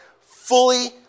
fully